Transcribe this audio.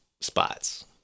spots